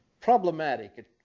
problematic